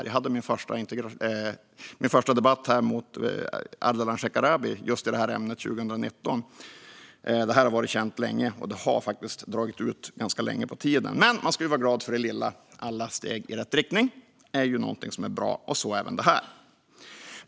Jag hade min första debatt här mot Ardalan Shekarabi just i detta ämne 2019. Detta har varit känt länge, och det har faktiskt dragit ut ganska långt på tiden. Men man ska vara glad för det lilla. Alla steg i rätt riktning är bra, så även det här.